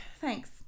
Thanks